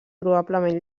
probablement